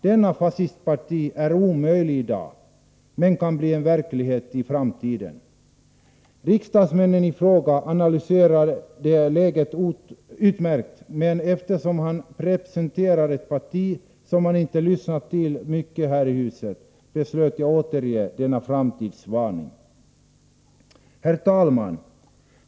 Detta fascistparti är omöjligt i dag, men kan bli verklighet i framtiden. Riksdagsmannen i fråga analyserade läget på ett utmärkt sätt. Men eftersom han representerar ett parti som man inte lyssnar till så mycket här i huset, beslöt jag återge denna framtidsvarning. Herr talman!